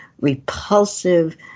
repulsive